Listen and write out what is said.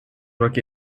rock